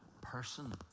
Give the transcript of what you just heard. person